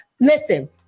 listen